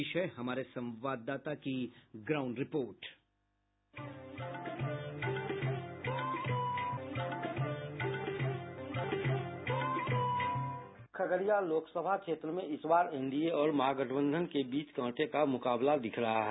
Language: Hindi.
पेश है हमारे संवाददाता की ग्राउण्ड रिपोर्ट बाईट खगड़िया लोकसभा क्षेत्र में इस बार एनडीए और महागठबंधन के बीच कांटे का मुकाबला दिख रहा है